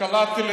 אני מסכים איתך.